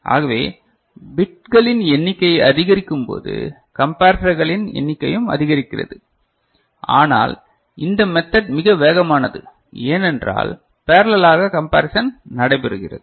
ஆகவே பிட்டுகளின் எண்ணிக்கை அதிகரிக்கும்போது கம்பரட்டர்களின் எண்ணிக்கையும் அதிகரிக்கிறது ஆனால் இந்த மெத்தட் மிக வேகமானது ஏனென்றால் பேரலள் ஆக கம்பரிசன் நடைபெறுகிறது